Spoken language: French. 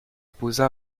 posa